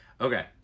okay